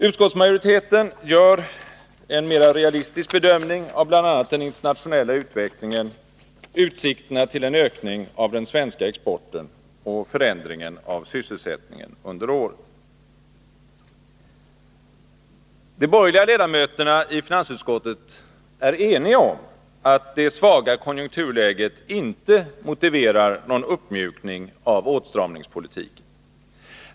Utskottsmajoriteten gör en mera realistisk bedömning av bl.a. den internationella utvecklingen, utsikterna till en ökning av den svenska exporten och förändringarna av sysselsättningen under året. De borgerliga ledamöterna i finansutskottet är eniga om att det svaga konjunkturläget inte motiverar någon uppmjukning av åtstramningspolitiken.